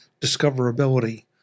discoverability